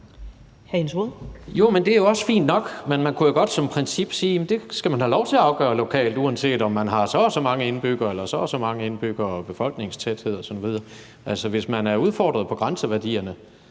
Det er også fint nok, men man kunne jo godt som princip sige, at det skal man have lov til at afgøre lokalt, uanset hvor mange indbyggere, hvor stor en befolkningstæthed osv. man har. Altså, hvis man er udfordret på grænseværdierne,